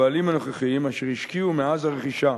הבעלים הנוכחיים, אשר השקיעו מאז הרכישה